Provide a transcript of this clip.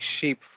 sheep